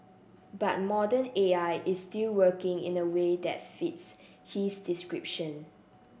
but modern A I is still working in a way that fits his description